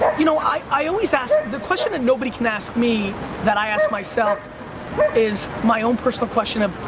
you know, i always ask, the question that nobody can ask me that i ask myself is, my own personal question of,